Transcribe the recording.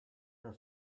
your